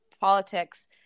politics